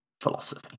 philosophy